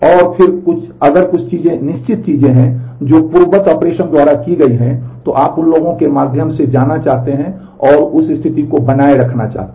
और फिर अगर कुछ निश्चित चीजें हैं जो पूर्ववत ऑपरेशन द्वारा की गई हैं तो आप उन लोगों के माध्यम से जाना चाहते हैं और उस स्थिति को बनाए रखना चाहते हैं